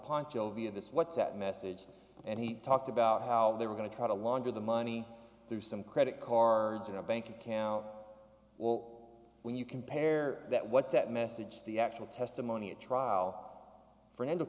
poncho via this what's that message and he talked about how they were going to try to launder the money through some credit cards in a bank account when you compare that what's that message the actual testimony at trial fernando